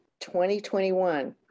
2021